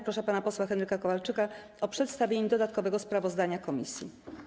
Proszę pana posła Henryka Kowalczyka o przedstawienie dodatkowego sprawozdania komisji.